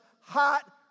hot